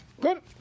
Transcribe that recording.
Good